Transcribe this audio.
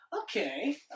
okay